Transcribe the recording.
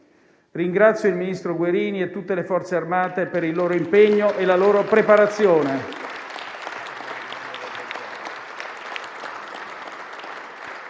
Ringrazio il ministro Guerini e tutte le Forze armate per il loro impegno e la loro preparazione.